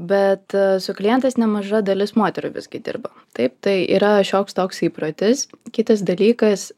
bet su klientais nemaža dalis moterų visgi dirba taip tai yra šioks toks įprotis kitas dalykas